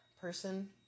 person